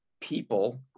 people